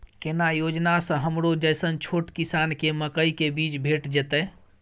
केना योजना स हमरो जैसन छोट किसान के मकई के बीज भेट जेतै?